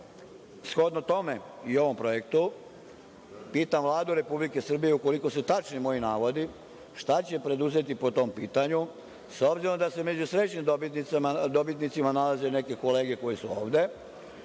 vrate. Shodno tome i ovom projektu, pitam Vladu Republike Srbije, ukoliko su tačni moji navodi, šta će preduzeti po tom pitanju, s obzirom da se među srećnim dobitnicima nalaze neke kolege koje su ovde,